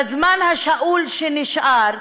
בזמן השאול שנשאר,